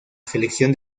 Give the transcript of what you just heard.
selección